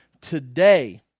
today